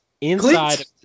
inside